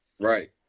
Right